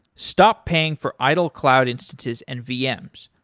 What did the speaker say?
stop paying for idle cloud instances and vms.